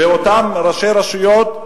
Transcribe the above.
ואותם ראשי רשויות,